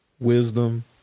wisdom